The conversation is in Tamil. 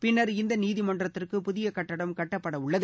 பிள்னர் இந்த நீதிமன்றத்திற்கு புதிய கட்டடம் கட்டப்படவுள்ளது